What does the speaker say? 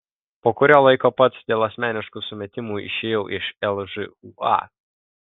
po kurio laiko pats dėl asmeniškų sumetimų išėjau iš lžūa